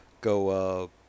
go